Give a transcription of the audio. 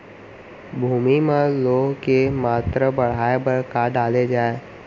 भूमि मा लौह के मात्रा बढ़ाये बर का डाले जाये?